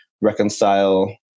reconcile